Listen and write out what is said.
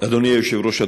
אדוני היושב-ראש,